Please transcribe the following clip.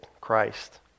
Christ